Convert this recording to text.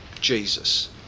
Jesus